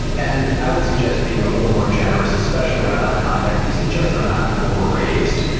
and i would suggest being a little more generous, especially around eye contact. because, you just don't know how people were raised.